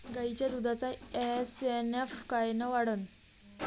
गायीच्या दुधाचा एस.एन.एफ कायनं वाढन?